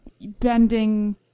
bending